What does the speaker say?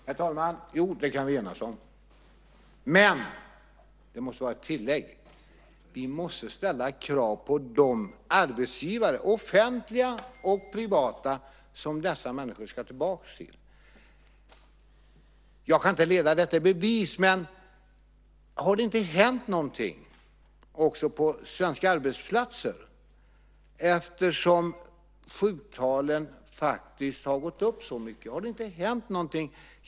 Herr talman! Jo, det kan vi enas om. Men det måste vara ett tillägg. Vi måste ställa krav på de arbetsgivare, offentliga och privata, som dessa människor ska tillbaka till. Jag kan inte leda detta i bevis, men har det inte hänt någonting också på svenska arbetsplatser eftersom sjuktalen faktiskt har blivit så mycket större? Har det inte hänt någonting?